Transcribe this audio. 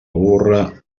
burra